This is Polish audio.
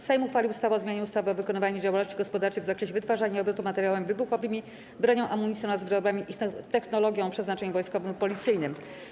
Sejm uchwalił ustawę o zmianie ustawy o wykonywaniu działalności gospodarczej w zakresie wytwarzania i obrotu materiałami wybuchowymi, bronią, amunicją oraz wyrobami i technologią o przeznaczeniu wojskowym lub policyjnym.